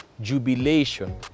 jubilation